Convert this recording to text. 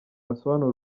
yasobanura